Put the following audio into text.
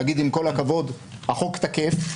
להגיד: עם כל הכבוד החוק תקף,